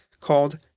called